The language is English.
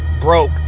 Broke